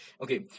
okay